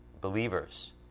believers